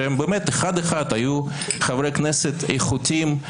שאחד-אחד הם היו חברי כנסת איכותיים,